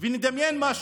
ונדמיין משהו: